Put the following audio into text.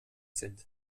sind